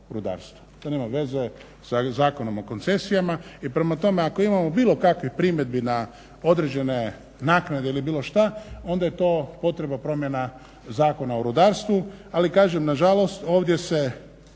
o rudarstvu. To nema veze sa Zakonom o koncesijama. I prema tome, ako imamo bilo kakvih primjedbi na određene naknade ili bilo šta onda je to potreba promjena Zakona o rudarstvu, ali kažem nažalost ovdje se